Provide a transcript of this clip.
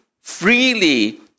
freely